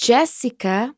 Jessica